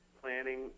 planning